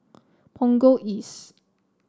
Punggol East